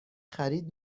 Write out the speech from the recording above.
خرید